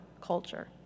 culture